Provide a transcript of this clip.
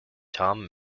tom